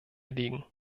liegen